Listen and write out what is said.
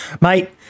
Mate